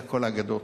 זה הכול אגדות.